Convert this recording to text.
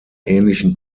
ähnlichen